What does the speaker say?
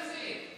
הכול בסדר.